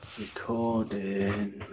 recording